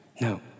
No